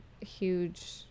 huge